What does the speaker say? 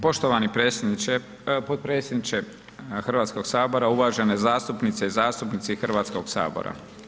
Poštovani potpredsjedniče Hrvatskoga sabora, uvažene zastupnice i zastupnici Hrvatskog sabora.